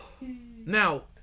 Now